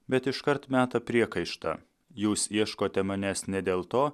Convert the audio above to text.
bet iškart meta priekaištą jūs ieškote manęs ne dėl to